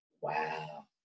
Wow